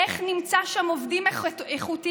איך נמצא שם עובדים איכותיים?